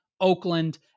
Oakland